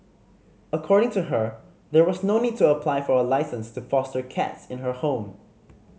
according to her there was no need to apply for a licence to foster cats in her home